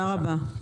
תודה רבה.